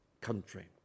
country